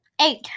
eight